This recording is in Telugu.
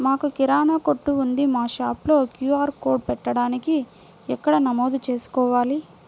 మాకు కిరాణా కొట్టు ఉంది మా షాప్లో క్యూ.ఆర్ కోడ్ పెట్టడానికి ఎక్కడ నమోదు చేసుకోవాలీ?